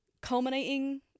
culminating